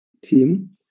team